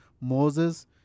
Moses